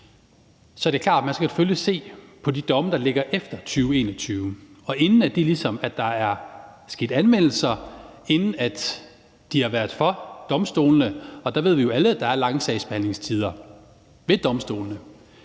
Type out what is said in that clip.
så er det klart, at man selvfølgelig skal se på de domme, der ligger efter 2021. Inden der ligesom er sket anmeldelser, inden de har været for domstolene, går der tid, og vi ved jo alle, at der er lange sagsbehandlingstider ved domstolene.